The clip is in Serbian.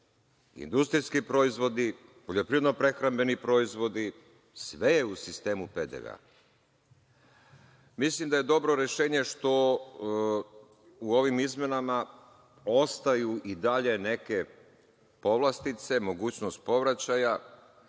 Industrijski proizvodi, poljoprivredno prehrambeni proizvodi, sve je u sistemu PDV-a. Mislim da je dobro rešenje što u ovim izmenama ostaju i dalje neke povlastice, mogućnost povraćaja,